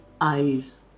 eyes